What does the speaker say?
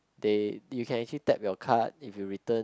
they you can actually tap your card if you return